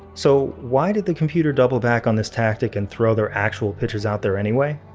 so, why did the computer double back on this tactic and throw their actual pitchers out there anyway?